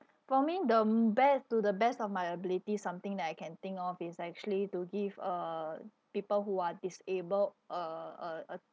for me the be~ to the best of my ability something that I can think of is actually to give uh people who are disabled uh uh a